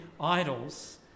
idols